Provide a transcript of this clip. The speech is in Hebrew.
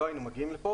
לא היינו מגיעים לכאן.